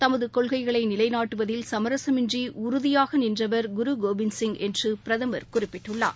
தமதுகொள்கைகளைநிலைநாட்டுவதில் சமரசமின்றிஉறுதியாகநின்றவர் கோவிந்த் சிங் குமு என்றுபிரதமர் குறிப்பிட்டுள்ளார்